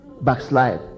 backslide